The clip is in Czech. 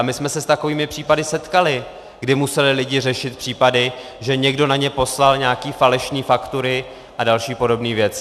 My jsme se s takovými případy setkali, kdy museli lidi řešit případy, že na ně někdo poslal nějaké falešné faktury a další podobné věci.